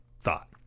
thought